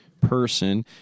person